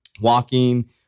Walking